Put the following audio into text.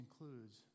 includes